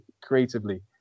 Creatively